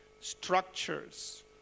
structures